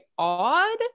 odd